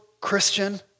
Christian